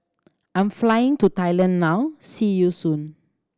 I'm flying to Thailand now see you soon